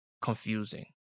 confusing